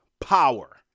power